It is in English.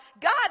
God